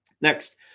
Next